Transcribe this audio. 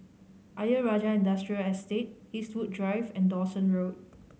Ayer Rajah Industrial Estate Eastwood Drive and Dawson Road